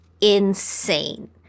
insane